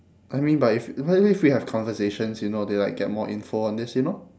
I mean but if what if we have conversations you know they like get more info on this you know